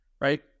right